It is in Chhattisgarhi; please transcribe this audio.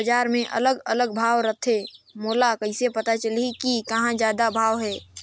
बजार मे अलग अलग भाव रथे, मोला कइसे पता चलही कि कहां जादा भाव हे?